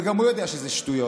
וגם הוא יודע שזה שטויות.